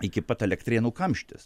iki pat elektrėnų kamštis